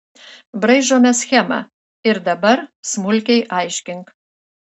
braižome schemą ir dabar smulkiai aiškink